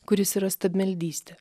kuris yra stabmeldystė